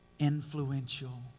Influential